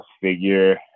figure